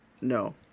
no